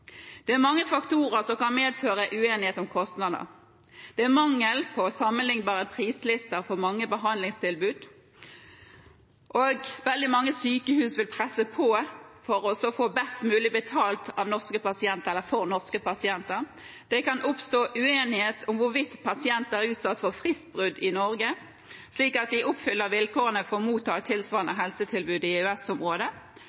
Det er mange faktorer som kan medføre uenighet om kostnader. Det er mangel på sammenlignbare prislister for mange behandlingstilbud, og veldig mange sykehus vil presse på for å få best mulig betalt for norske pasienter. Det kan oppstå uenighet om hvorvidt pasienter er utsatt for fristbrudd i Norge, slik at de oppfyller vilkårene for å motta et